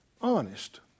honest